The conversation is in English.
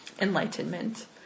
enlightenment